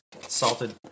salted